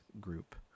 group